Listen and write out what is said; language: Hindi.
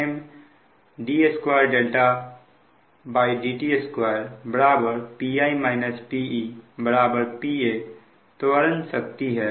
M d2dt2Pi PePaत्वरक शक्ति है